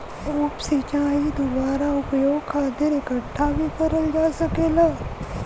उप सिंचाई दुबारा उपयोग खातिर इकठ्ठा भी करल जा सकेला